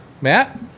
Matt